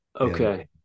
Okay